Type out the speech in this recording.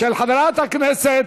של חברת הכנסת